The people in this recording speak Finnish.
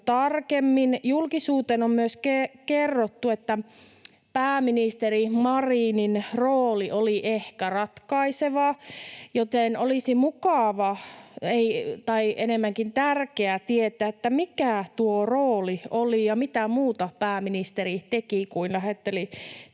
Julkisuuteen on myös kerrottu, että pääministeri Marinin rooli oli ehkä ratkaiseva, joten olisi mukavaa, tai enemmänkin tärkeää, tietää, mikä tuo rooli oli ja mitä muuta pääministeri teki